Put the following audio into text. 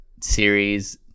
series